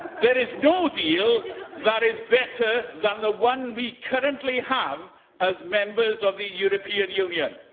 there is no deal that is that is better than the one we currently have as members of the european union.